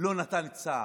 לא נתן סעד.